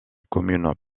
commune